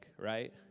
right